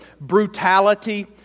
brutality